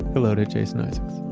hello to jason isaacs